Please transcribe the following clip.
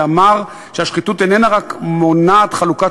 שאמר שהשחיתות איננה רק מונעת חלוקה